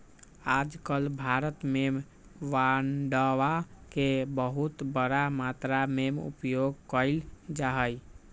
आजकल भारत में बांडवा के बहुत बड़ा मात्रा में उपयोग कइल जाहई